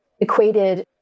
equated